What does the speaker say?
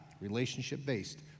relationship-based